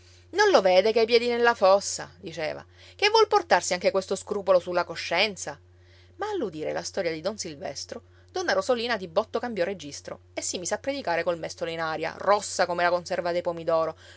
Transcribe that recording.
non lo vede che ha i piedi nella fossa diceva che vuol portarsi anche questo scrupolo sulla coscienza ma all'udire la storia di don silvestro donna rosolina di botto cambiò registro e si mise a predicare col mestolo in aria rossa come la conserva dei pomidoro